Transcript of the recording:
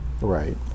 Right